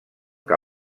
que